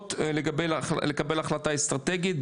אוניברסיטאות לקבל החלטה אסטרטגית.